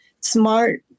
smart